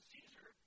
Caesar